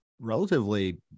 relatively